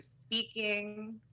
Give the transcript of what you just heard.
speaking